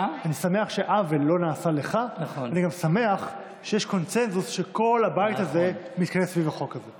אני גם שמח שיש קונסנזוס שכל הבית הזה מתכנס סביב החוק הזה.